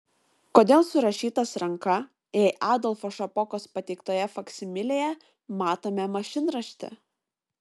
kodėl surašytas ranka jei adolfo šapokos pateiktoje faksimilėje matome mašinraštį